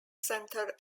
center